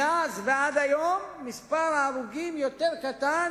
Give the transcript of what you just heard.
מאז ועד היום מספר ההרוגים קטן